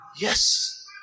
Yes